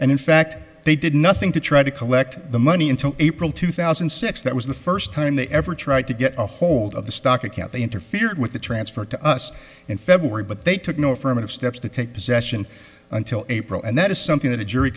in fact they did nothing to try to collect the money until april two thousand and six that was the first time they ever tried to get a hold of the stock account they interfered with the transfer to us in february but they took no affirmative steps to take possession until april and that is something that a jury